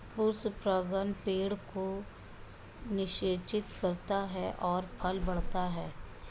पूर्ण परागण पेड़ को निषेचित करता है और फल बढ़ता है